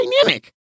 dynamic